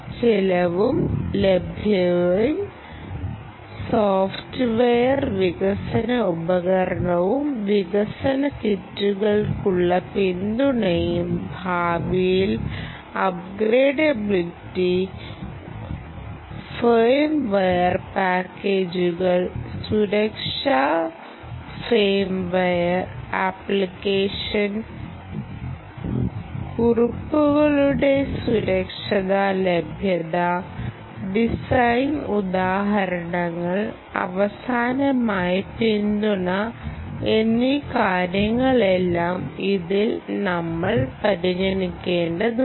ചെലവും ലഭ്യതയും സോഫ്റ്റ്വെയർ വികസന ഉപകരണവും വികസന കിറ്റുകൾക്കുള്ള പിന്തുണയും ഭാവിയിൽ അപ്ഗ്രേഡബിളിറ്റി ഫേംവെയർ പാക്കേജുകൾ സുരക്ഷാ ഫേംവെയർ ആപ്ലിക്കേഷൻ കുറിപ്പുകളുടെ സുരക്ഷാ ലഭ്യത ഡിസൈൻ ഉദാഹരണങ്ങൾ അവസാനമായി പിന്തുണ എന്നീ കാര്യങ്ങളെല്ലാം ഇതിൽ നമ്മൾ പരിഗണിക്കേണ്ടതുണ്ട്